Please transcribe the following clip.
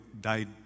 died